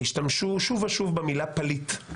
השתמשו שוב ושוב במילה פליט.